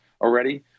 already